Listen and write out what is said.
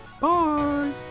Bye